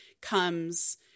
comes